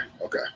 okay